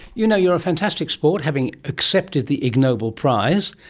you know, you're a fantastic sport, having accepted the ig nobel prize,